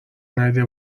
ندیده